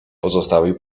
pozostawił